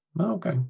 okay